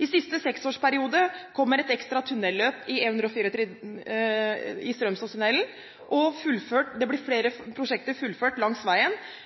I siste seksårsperiode kommer et ekstra tunnelløp på E134, Strømsåstunnelen, og flere prosjekter blir fullført langs veien. E134 blir den mest attraktive veien øst–vest. Derfor er det